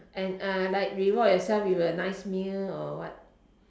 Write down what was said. and uh like reward yourself with a nice meal or what